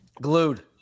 Glued